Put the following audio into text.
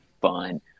fun